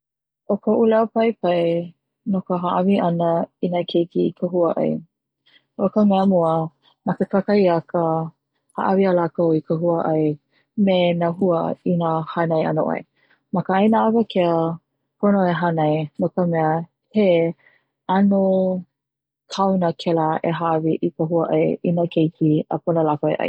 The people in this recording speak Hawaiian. ʻO koʻu leo paipai, n oka haʻawi ana i na keiki i ka huaʻai o ka mea mua ma ke kakahiaka e haʻawi ia lākou i ka huaʻai me na hua i n hanai ana ʻoe, ma ka ʻaina ʻawakea, pono e hānai no ka mea he ʻano kauna kela e haʻawi i ka huaʻai i na keiki a pono lākou e ʻai.